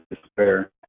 despair